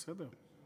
בסדר.